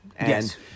Yes